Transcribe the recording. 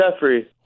Jeffrey